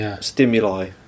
stimuli